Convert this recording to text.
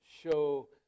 show